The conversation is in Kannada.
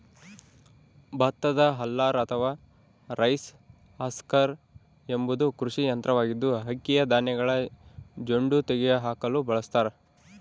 ಭತ್ತದ ಹಲ್ಲರ್ ಅಥವಾ ರೈಸ್ ಹಸ್ಕರ್ ಎಂಬುದು ಕೃಷಿ ಯಂತ್ರವಾಗಿದ್ದು, ಅಕ್ಕಿಯ ಧಾನ್ಯಗಳ ಜೊಂಡು ತೆಗೆದುಹಾಕಲು ಬಳಸತಾರ